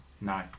No